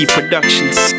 Productions